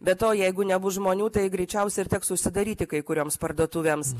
be to jeigu nebus žmonių tai greičiausia ir teks užsidaryti kai kurioms parduotuvėms